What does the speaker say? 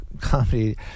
comedy